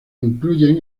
incluyen